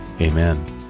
Amen